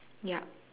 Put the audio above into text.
yup